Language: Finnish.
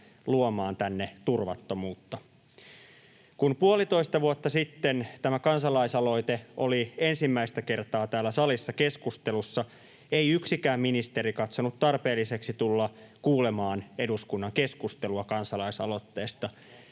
luomaan tänne turvattomuutta. Kun puolitoista vuotta sitten tämä kansalaisaloite oli ensimmäistä kertaa täällä salissa keskustelussa, ei yksikään ministeri katsonut tarpeelliseksi tulla kuulemaan eduskunnan keskustelua kansalaisaloitteesta.